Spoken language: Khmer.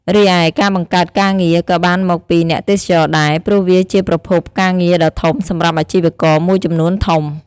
រីឯ ការបង្កើតការងារ ក៏បានមកពីអ្នកទេសចរណ៍ដែរ ព្រោះវាជាប្រភពការងារដ៏ធំសម្រាប់អាជីវករមួយចំនួនធំ។